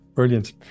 brilliant